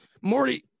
Morty